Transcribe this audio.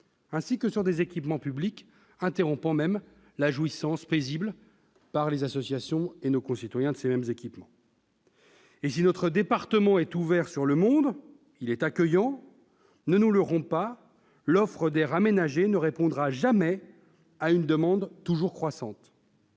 année -, sur des équipements publics, en empêchant même la jouissance paisible par les associations et nos concitoyens. Si notre département est ouvert sur le monde et accueillant, ne nous leurrons pas : l'offre d'aires aménagées ne répondra jamais à une demande toujours croissante.